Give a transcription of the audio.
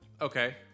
Okay